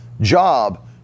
job